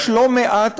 יש לא מעט